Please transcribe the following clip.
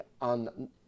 on